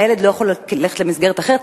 הילד לא יכול ללכת למסגרת אחרת.